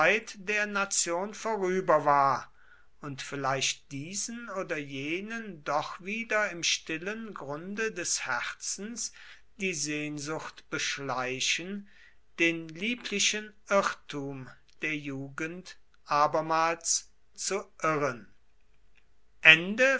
der nation vorüber war und vielleicht diesen oder jenen doch wieder im stillen grunde des herzens die sehnsucht beschleichen den lieblichen irrtum der jugend abermals zu irren